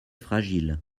fragile